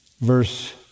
verse